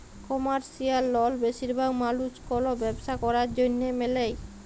commercial লল বেশিরভাগ মালুস কল ব্যবসা ক্যরার জ্যনহে লেয়